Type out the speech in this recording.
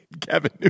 Kevin